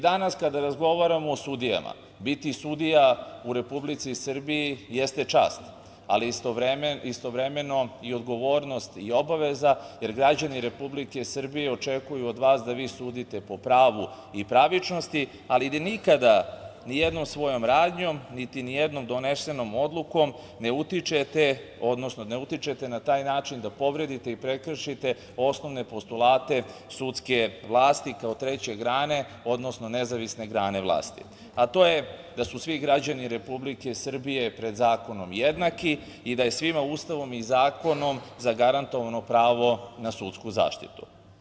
Danas, kada razgovaramo o sudijama, biti sudija u Republici Srbiji jeste čast, ali istovremeno i odgovornost i obaveza, jer građani Republike Srbije očekuju od vas da vi sudite po pravu i pravičnosti, ali da nikada nijednom svojom radnjom, niti nijednom donesenom odlukom ne utičete, odnosno ne utičete na taj način da povredite i prekršite osnovne postulate sudske vlasti, kao treće grane, odnosno nezavisne grane vlasti, a to je da su svi građani Republike Srbije pred zakonom jednaki i da je svima Ustavom i zakonom zagarantovano pravo na sudsku zaštitu.